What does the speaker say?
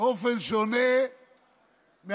באופן שונה מהכללי.